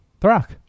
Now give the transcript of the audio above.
Throck